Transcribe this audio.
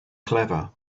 clever